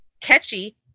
catchy